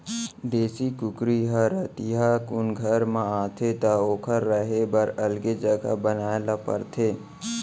देसी कुकरी ह रतिहा कुन घर म आथे त ओकर रहें बर अलगे जघा बनाए ल परथे